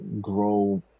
grow